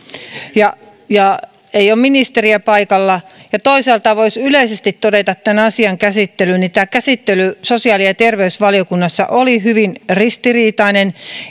ei ole ministeriä paikalla ja toisaalta voisi yleisesti todeta tämän asian käsittelystä että tämä käsittely sosiaali ja terveysvaliokunnassa oli hyvin ristiriitainen